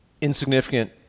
insignificant